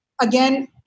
again